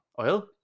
Oil